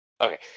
okay